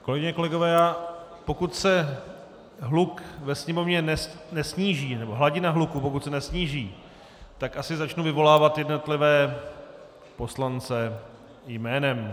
Kolegyně, kolegové, pokud se hluk ve sněmovně nesníží, hladina hluku, pokud se nesníží, tak asi začnu vyvolávat jednotlivé poslance jménem.